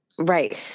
Right